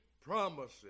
promises